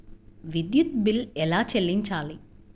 విద్యుత్ బిల్ ఎలా చెల్లించాలి?